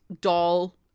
doll